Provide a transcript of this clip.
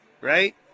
right